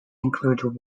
includes